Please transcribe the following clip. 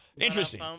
Interesting